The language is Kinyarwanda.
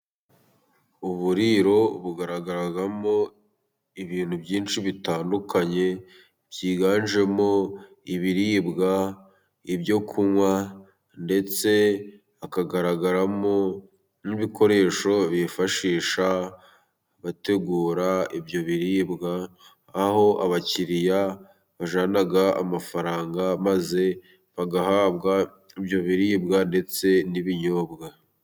Uburiro bugaragaramo ibintu byinshi bitandukanye， byiganjemo ibiribwa， ibyo kunywa， ndetse hakagaragaramo n'ibikoresho bifashisha，bategura ibyo biribwa， aho abakiriya bajyana amafaranga， maze bagahabwa ibyo biribwa， ndetse n'ibinyobwa.